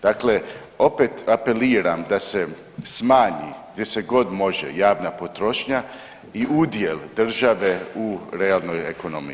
Dakle, opet apeliram da se smanji gdje se god može javna potrošnja i udjel države u realnoj ekonomiji.